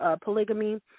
polygamy